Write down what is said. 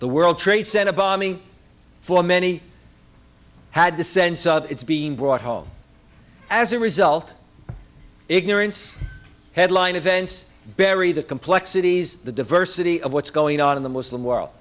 the world trade center bombing for many had the sense of its being brought home as a result of ignorance headline events bury the complexities the diversity of what's going on in the muslim world